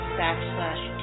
backslash